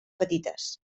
petites